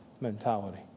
mentality